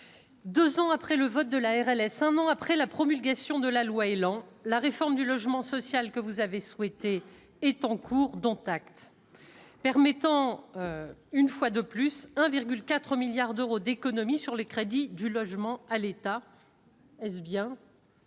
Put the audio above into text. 2 ans après le vote de la RLS, un an après la promulgation de la loi élan la réforme du logement social que vous avez souhaité est en cours, dont acte, permettant une fois de plus 1,4 milliards d'euros d'économies sur les crédits du logement à l'État. Est-ce bien.